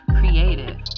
creative